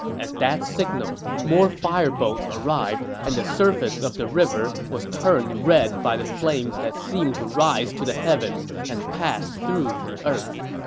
at that signal, more fire boats arrived, and the surface of the river was turned red by the flames that seemed to rise to the heaven and pass through the earth